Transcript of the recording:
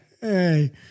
Hey